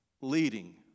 leading